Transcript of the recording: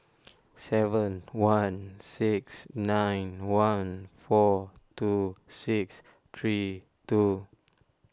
seven one six nine one four two six three two